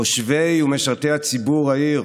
תושבי ומשרתי הציבור בעיר